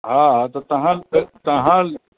हा त तव्हां तव्हां